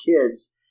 kids